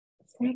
six